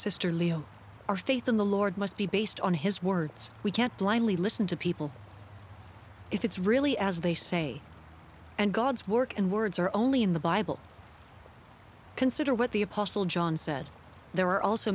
sister leo our faith in the lord must be based on his words we can't blindly listen to people if it's really as they say and god's work and words are only in the bible consider what the apostle john said there a